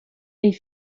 est